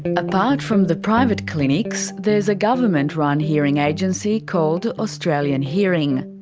apart from the private clinics, there's a government-run hearing agency called australian hearing.